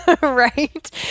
right